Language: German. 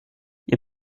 ihr